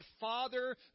father